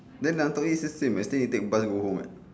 then I thought it's the same I still need to take bus go home [what]